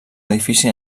edifici